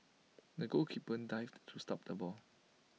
the goalkeeper dived to stop the ball